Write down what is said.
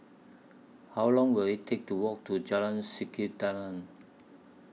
How Long Will IT Take to Walk to Jalan Sikudangan